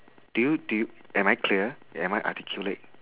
do you do you am I clear am I articulate